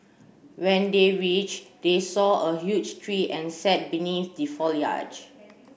when they reached they saw a huge tree and sat beneath the foliage